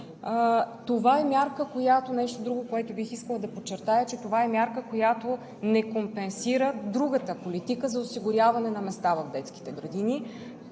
това е мярка, която не компенсира другата политика за осигуряване на места в детските градини.